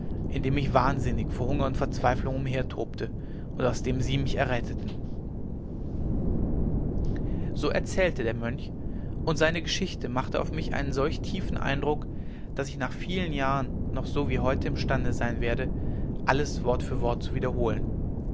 dem ich wahnsinnig vor hunger und verzweiflung umhertobte und aus dem sie mich erretteten so erzählte der mönch und seine geschichte machte auf mich solch einen tiefen eindruck daß ich nach vielen jahren noch so wie heute imstande sein werde alles wort für wort zu wiederholen